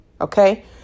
okay